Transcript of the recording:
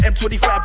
M25